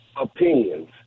opinions